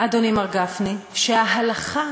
אדוני מר גפני, שההלכה,